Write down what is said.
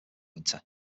winter